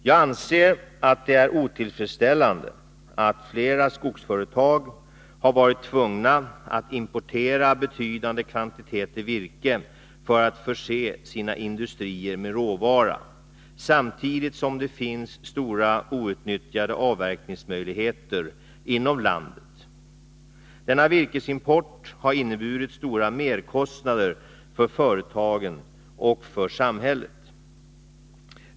Jag anser att det är otillfredsställande att flera skogsföretag har varit tvungna att importera betydande kvantiteter virke för att förse sina industrier med råvara, samtidigt som det finns stora outnyttjade avverkningsmöjligheter inom landet. Denna virkesimport har inneburit stora merkostnader för företagen och för samhället.